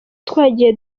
twagiye